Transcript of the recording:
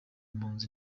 impunzi